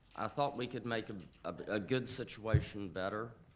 i thought we could make um ah but a good situation better.